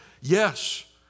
Yes